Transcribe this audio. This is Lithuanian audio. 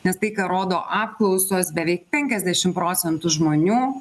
nes tai ką rodo apklausos beveik penkiasdešim procentų žmonių